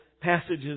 passages